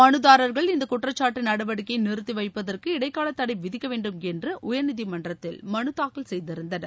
மனுதாரர்கள் இந்த குற்றக்காட்டு நடவடிக்கையை நிறுத்தி வைப்பதற்கு இடைக்காலத்தடை விதிக்க வேண்டும் என்று உயர்நீதிமன்றத்தில் மனு தாக்கல் செய்திருந்தனர்